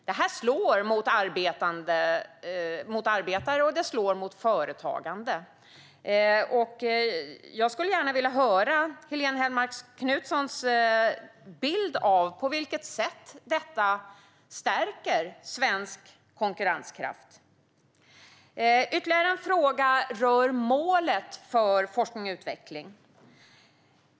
Detta slår mot arbetare och mot företagande. Jag skulle gärna vilja höra Helene Hellmark Knutssons bild av på vilket sätt detta stärker svensk konkurrenskraft. Ytterligare en fråga rör målet för forskning och utveckling.